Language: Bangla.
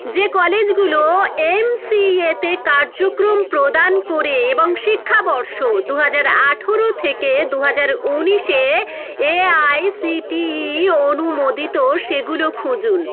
যে কলেজগুলো এমসিএতে কার্যক্রম প্রদান করে এবং শিক্ষাবর্ষ দু হাজার আঠারো থেকে দু হাজার উনিশে এআইসিটিই অনুমোদিত সেগুলো খুঁজুন